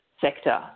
sector